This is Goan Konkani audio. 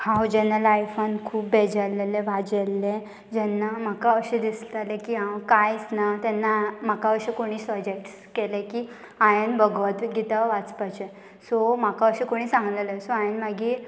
हांव जेन्ना लायफान खूब बेजारिल्लें वाजेल्लें जेन्ना म्हाका अशें दिसतालें की हांव कांयच ना तेन्ना म्हाका अशें कोणी सजेक्ट केले की हांवें भगवत्व गिता वाचपाचें सो म्हाका अशें कोणी सांगलेलें सो हांवें मागीर